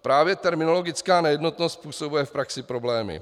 Právě terminologická nejednotnost způsobuje v praxi problémy.